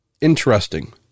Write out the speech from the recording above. Interesting